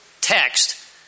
text